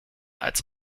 als